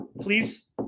Please